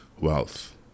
wealth